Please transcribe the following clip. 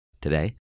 today